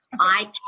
ipad